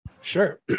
sure